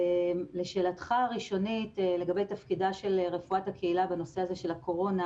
לשאלתך הראשונית לגבי תפקידה של רפואת הקהילה בנושא הזה של הקורונה,